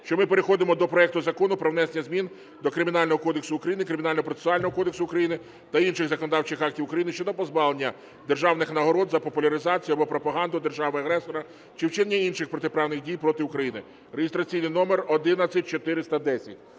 що ми переходимо до проекту Закону про внесення змін до Кримінального кодексу України, Кримінального процесуального кодексу України та інших законодавчих актів України щодо позбавлення державних нагород за популяризацію або пропаганду держави-агресора чи вчинення інших протиправних дій проти України (реєстраційний номер 11410).